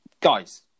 guys